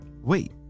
Wait